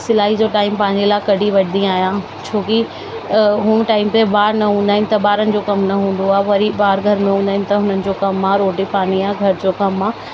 सिलाई जो टाईम पंहिंजे लाइ कढी वठंदी आहियां छो की हूं टाईम पे ॿार न हूंदा आहिनि त ॿारनि जो कमु न हूंदो आहे वरी ॿार घर में हूंदा आहिनि त उन्हनि जो कमु आहे रोटी पाणी आहे घर जो कमु आहे